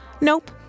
Nope